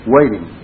Waiting